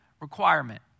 requirement